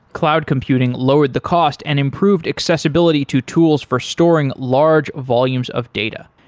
cloud computing lowered the cost and improved accessibility to tools for storing large volumes of data.